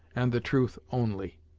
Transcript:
and the truth only.